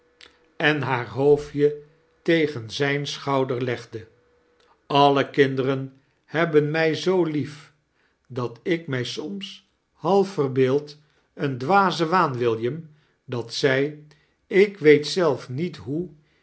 en haar charles dickens hoofdje tegem zijn schouder legde alle kinderen hebben mij zoo lief dat ik mij soms half verbeeld een dwaze waan william dat zij ik weet zelf niet hoe